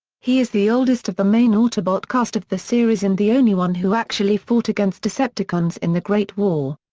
he is the oldest of the main autobot cast of the series and the only one who actually fought against decepticons in the great war.